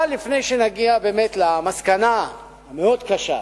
אבל לפני שנגיע למסקנה המאוד קשה,